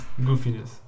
Goofiness